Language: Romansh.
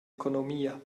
economia